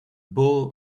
bull